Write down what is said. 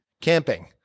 Camping